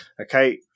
Okay